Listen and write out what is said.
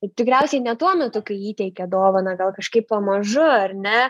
ir tikriausiai ne tuo metu kai įteikia dovaną gal kažkaip pamažu ar ne